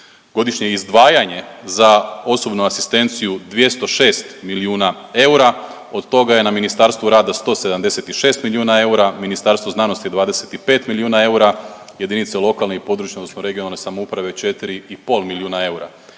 godišnje izdvajanje za osobnu asistenciju 206 milijuna eura, od toga je na Ministarstvu rada 176 milijuna eura, Ministarstvu znanosti 25 milijuna eura, jedinice lokalne i područne odnosno regionalne samouprave 4,5 milijuna eura.